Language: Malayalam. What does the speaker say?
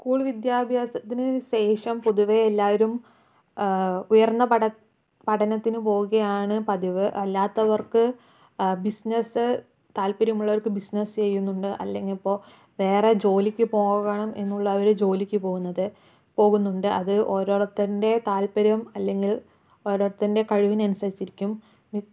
സ്കൂൾ വിദ്യാഭ്യാസത്തിനുശേഷം പൊതുവേ എല്ലാവരും ഉയർന്ന പഠനത്തിന് പോവുകയാണ് പതിവ് അല്ലാത്തവർക്ക് ബിസിനസ്സ് താല്പര്യമുള്ളവർക്ക് ബിസിനസ്സ് ചെയ്യുന്നുണ്ട് അല്ലെങ്കിൽ ഇപ്പോൾ വേറെ ജോലിക്ക് പോകണം എന്നുള്ളവര് ജോലിക്ക് പോകുന്നത് പോകുന്നുണ്ട് അത് ഓരോരുത്തരുടെ താൽപര്യം അല്ലെങ്കിൽ ഓരോരുത്തരുടെ കഴിവിനനുസരിച്ച് ഇരിക്കും